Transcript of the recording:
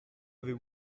avez